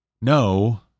no